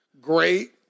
great